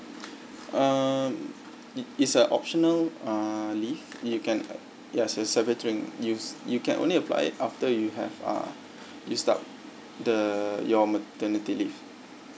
um it's a optional uh leave you can ya it's a separate thing you you can only apply it after you have uh used up the your maternity leave